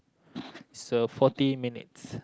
it's uh fourty minutes